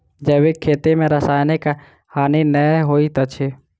जैविक खेती में रासायनिक हानि नै होइत अछि